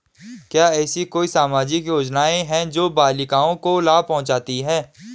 क्या ऐसी कोई सामाजिक योजनाएँ हैं जो बालिकाओं को लाभ पहुँचाती हैं?